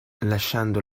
lasciando